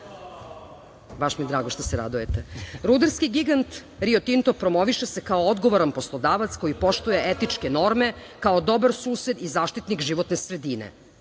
i njihov istorijat. Rudarski gigant Rio Tinto promoviše se kao odgovoran poslodavac koji poštuje etičke norme, kao dobar sused i zaštitnik životne sredine.